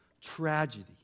tragedy